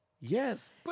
yes